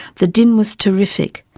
the din was terrific.